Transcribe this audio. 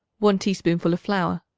one teaspoonful of flour.